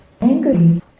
angry